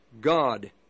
God